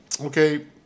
okay